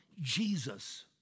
Jesus